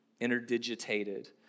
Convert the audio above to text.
interdigitated